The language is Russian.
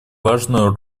важную